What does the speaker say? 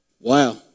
Wow